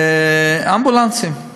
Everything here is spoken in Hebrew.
אמבולנסים,